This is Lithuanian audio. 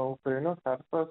ukrainos verslas